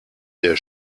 der